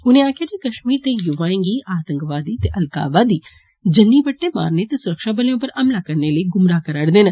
उनें आक्खेआ कष्मीर दे युवाएं गी आतंकवादी ते अलगाववादी जन्नी बट्टे मारने ते सुरक्षाबलें उप्पर हमला करने लेई गुमराह करा रदे न